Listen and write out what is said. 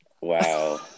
Wow